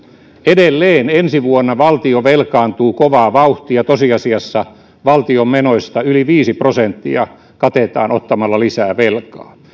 edelleen ensi vuonna valtio velkaantuu kovaa vauhtia tosiasiassa valtion menoista yli viisi prosenttia katetaan ottamalla lisää velkaa